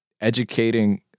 educating